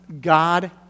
God